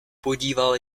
podíval